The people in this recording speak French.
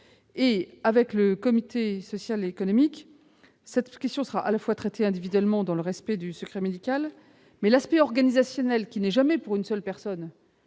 Avec le comité social et économique, cette question sera traitée individuellement dans le respect du secret médical, mais l'aspect organisationnel, qui ne concerne jamais une seule personne,